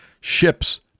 ships